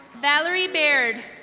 valerie baird.